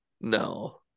No